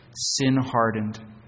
Sin-hardened